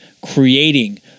creating